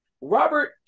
Robert